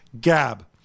gab